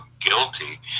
guilty